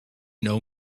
know